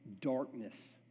darkness